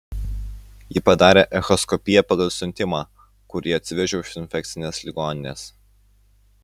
ji padarė echoskopiją pagal siuntimą kurį atsivežiau iš infekcinės ligoninės